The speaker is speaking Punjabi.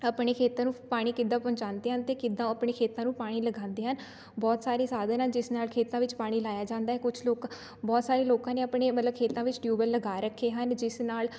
ਆਪਣੇ ਖੇਤਾਂ ਨੂੰ ਪਾਣੀ ਕਿੱਦਾਂ ਪਹੁੰਚਾਉਂਦੇ ਹਨ ਅਤੇ ਕਿੱਦਾਂ ਆਪਣੇ ਖੇਤਾਂ ਨੂੰ ਪਾਣੀ ਲਗਾਉਂਦੇ ਹਨ ਬਹੁਤ ਸਾਰੇ ਸਾਧਨ ਹੈ ਜਿਸ ਨਾਲ ਖੇਤਾਂ ਵਿੱਚ ਪਾਣੀ ਲਾਇਆ ਜਾਂਦਾ ਹੈ ਕੁਛ ਲੋਕ ਬਹੁਤ ਸਾਰੇ ਲੋਕਾਂ ਨੇ ਆਪਣੇ ਮਤਲਬ ਖੇਤਾਂ ਵਿੱਚ ਟਿਊਬਵੈੱਲ ਲਗਾ ਰੱਖੇ ਹਨ ਜਿਸ ਨਾਲ਼